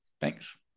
Thanks